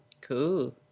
Cool